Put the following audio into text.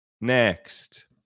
next